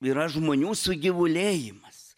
yra žmonių sugyvulėjimas